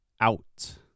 out